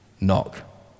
knock